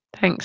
Thanks